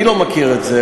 אני לא מכיר את זה.